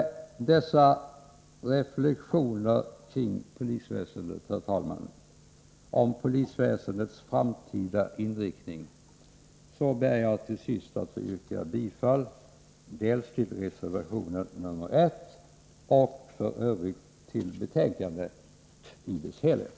Herr talmän! Med dessa reflexioner om polisväsendets framtida inriktning ber jag till sist att få yrka bifall till reservation nr 1 och f. ö. till betänkandets hemställan i dess helhet.